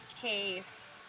case